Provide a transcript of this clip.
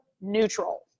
neutral